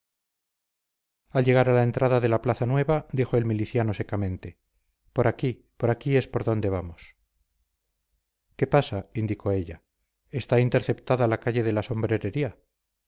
al llegar a la entrada de la plaza nueva dijo el miliciano secamente por aquí por aquí es por donde vamos qué pasa indicó ella está interceptada la calle de la sombrerería